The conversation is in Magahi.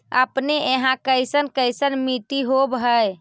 अपने यहाँ कैसन कैसन मिट्टी होब है?